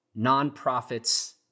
nonprofits